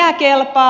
mikä kelpaa